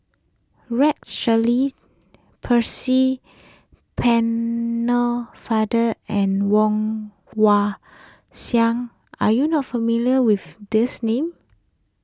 Rex Shelley Percy Pennefather and Woon Wah Siang are you not familiar with these names